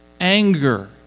anger